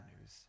news